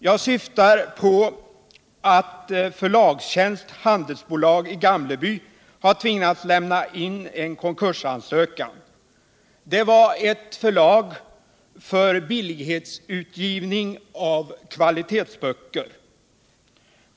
Jag syftar på att Förlagstjänst Handelsbolag, Gamleby, har tvingats lämna in en konkursansökan. Det var ett förlag för billighetsutgivning av kvalitetsböcker.